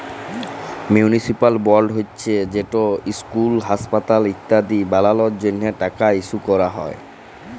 municipal বল্ড হছে যেট ইসকুল, হাঁসপাতাল ইত্যাদি বালালর জ্যনহে টাকা ইস্যু ক্যরা হ্যয়